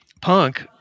punk